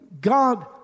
God